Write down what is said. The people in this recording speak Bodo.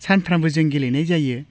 सानफ्रामबो जों गेलेनाय जायो